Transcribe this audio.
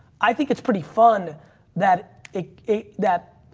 i think it's pretty fun that that,